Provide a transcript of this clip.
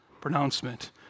pronouncement